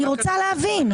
אני רוצה להבין.